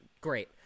great